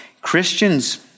Christians